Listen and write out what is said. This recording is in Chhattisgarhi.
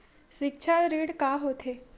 सिक्छा ऋण का होथे?